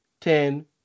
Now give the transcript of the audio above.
Ten